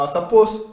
Suppose